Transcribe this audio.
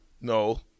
No